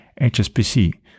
hsbc